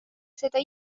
seda